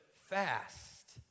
fast